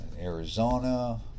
Arizona